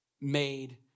made